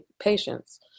patients